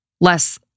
less